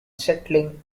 settling